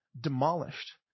demolished